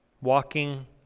walking